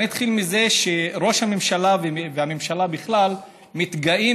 אני אתחיל מזה שראש הממשלה והממשלה בכלל מתגאים